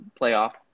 playoff